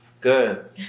Good